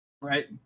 right